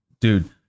dude